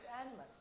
animals